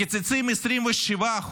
מקצצים 27%,